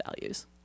values